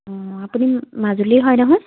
অ আপুনি মাজুলীৰ হয় নহয়